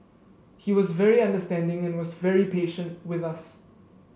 he was very understanding and was very patient with us